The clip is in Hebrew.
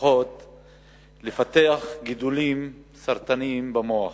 לפתח גידולים סרטניים במוח.